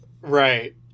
Right